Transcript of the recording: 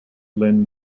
lynn